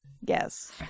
Yes